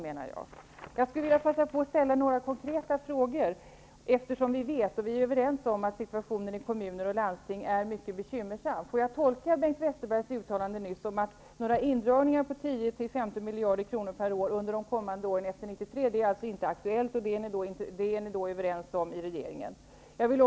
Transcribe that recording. Jag vill passa på att ställa några konkreta frågor, eftersom vi är överens om att situationen i kommuner och landsting är mycket bekymmersam. Får jag tolka Bengt Westerbergs uttalande nyss så, att några indragningar på 10--15 miljarder kronor per år under de kommande åren efter 1993 inte är aktuella och att ni är överens om det i regeringen?